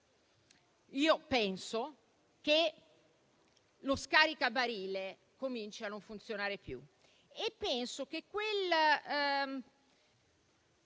B? Penso che lo scaricabarile cominci a non funzionare più e che quella